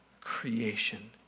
creation